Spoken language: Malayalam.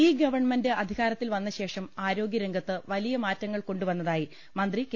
ഈ ഗവൺമെന്റ് അധികാരത്തിൽവന്നശേഷം ആരോഗ്യരംഗത്ത് വലിയ മാറ്റങ്ങൾ കൊണ്ടുവന്നതായി മന്ത്രി കെ